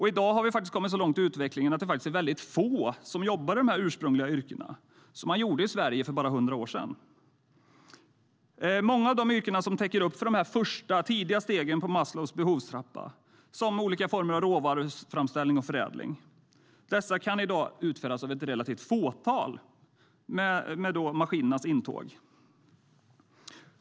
I dag har vi kommit så långt i utvecklingen att det är väldigt få som jobbar i de ursprungliga yrken som fanns i Sverige för bara 100 år sedan. Många av de yrken som täcker upp för de första, tidiga stegen på Maslows behovstrappa, som olika former av råvaruframställning och förädling, kan i dag utföras av ett relativt fåtal i och med maskinernas intåg.